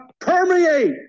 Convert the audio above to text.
permeate